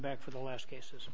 back for the last cases